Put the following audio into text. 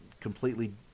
completely